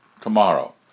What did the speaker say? Tomorrow